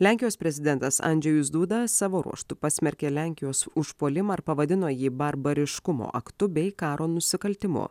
lenkijos prezidentas andžejus duda savo ruožtu pasmerkė lenkijos užpuolimą ir pavadino jį barbariškumo aktu bei karo nusikaltimu